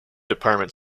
department